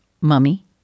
Mummy